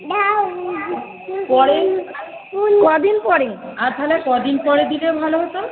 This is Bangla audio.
পর কদিন পরে আর তাহলে কদিন পরে দিলে ভালো হতো না